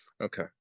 Okay